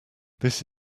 this